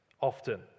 often